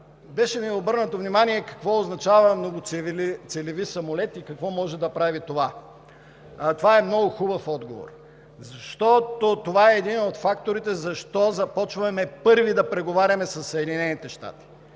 Беше ми обърнато внимание какво означава многоцелеви самолет и какво може да прави? Това е много хубав отговор, това е един от факторите защо започваме първи да преговаряме със Съединените щати,